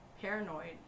paranoid